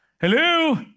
Hello